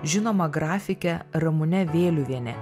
žinoma grafike ramune vėliuviene